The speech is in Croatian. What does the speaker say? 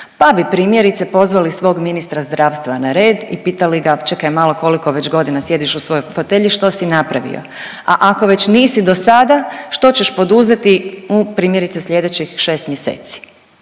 pa bi, primjerice, pozvali svog ministra zdravstva na red i pitali ga, čekaj malo, koliko već godina sjediš u svojoj fotelji, što si napravio? A ako već nisi do sada, što ćeš poduzeti u, primjerice, sljedećih 6 mjeseci.